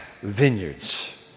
vineyards